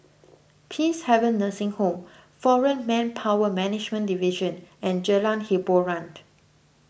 Peacehaven Nursing Home foreign Manpower Management Division and Jalan Hiboran